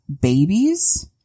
babies